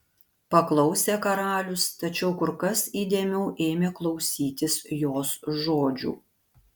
paklausė karalius tačiau kur kas įdėmiau ėmė klausytis jos žodžių